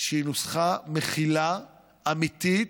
שהיא נוסחה מכילה אמיתית.